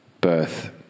birth